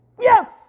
yes